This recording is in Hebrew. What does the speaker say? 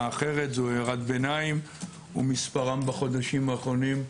אחרת זו הערת ביניים - ומספרם בחודשים האחרונים,